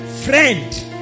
Friend